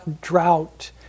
drought